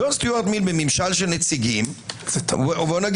ג'ון סטיוארט מיל בממשל של נציגים,